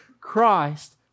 Christ